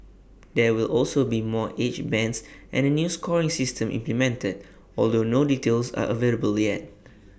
there will also be more age bands and A new scoring system implemented although no details are available yet